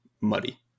muddy